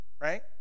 right